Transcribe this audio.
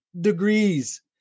degrees